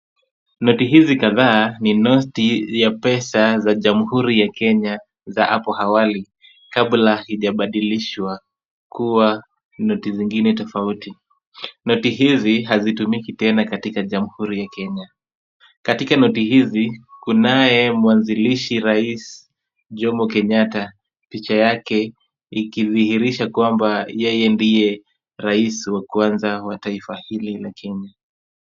Noti hizi kadhaa ni noti ya pesa za jamhuri ya Kenya za hapo awali kabla zijabadilishwa kuwa noti zingine tofauti. Noti hizi hazitumiki tena katika jamhuri ya Kenya. Katika noti hizi kunaye mwanzilishi rais Jomo Kenyatta picha yake ikidhihirisha kwamba yeye ndiye rais wa kwanza wa taifa hili la Kenya.